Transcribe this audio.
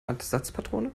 ersatzpatrone